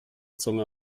zunge